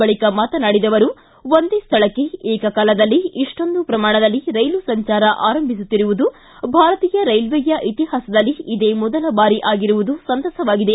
ಬಳಿಕ ಮಾತನಾಡಿದ ಅವರು ಒಂದೇ ಸ್ಥಳಕ್ಕೆ ಏಕಕಾಲದಲ್ಲಿ ಇಷ್ಲೊಂದು ಪ್ರಮಾಣದಲ್ಲಿ ರೈಲು ಸಂಚಾರ ಆರಂಭಿಸುತ್ತಿರುವುದು ಭಾರತೀಯ ರೈಲ್ವೇಯ ಇತಿಹಾಸದಲ್ಲಿ ಇದೇ ಮೊದಲ ಬಾರಿ ಆಗಿರುವುದು ಸಂತಸವಾಗಿದೆ